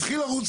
אל תגדילו.